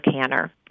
canner